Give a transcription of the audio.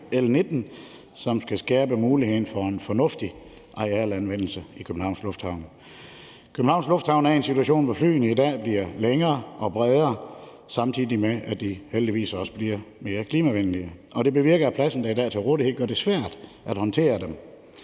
som skal skærpe muligheden for en fornuftig arealanvendelse i Københavns Lufthavn. Københavns Lufthavn er i en situation, hvor flyene i dag er blevet længere og bredere, samtidig med at de heldigvis også bliver mere klimavenlige, og det bevirker, at den plads, der i dag er til rådighed, gør det svært at håndtere dem.